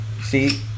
see